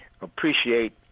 appreciate